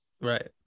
Right